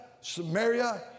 Samaria